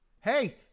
Hey